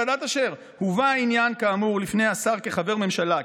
ועדת אשר: "הובא עניין כאמור לפני השר כחבר ממשלה,